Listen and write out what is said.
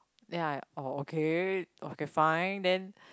then I oh okay okay fine then